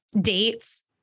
dates